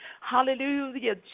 Hallelujah